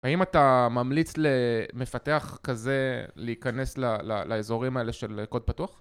האם אתה ממליץ למפתח כזה להיכנס ל... לאזורים האלה של קוד פתוח?